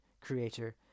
creator